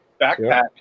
backpack